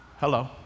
Hello